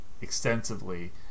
extensively